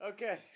Okay